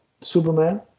superman